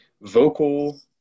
vocal